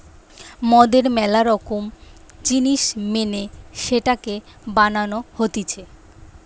মদের ম্যালা রকম জিনিস মেনে সেটাকে বানানো হতিছে